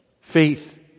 faith